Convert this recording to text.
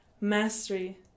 mastery